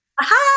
Aha